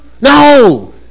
No